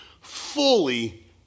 fully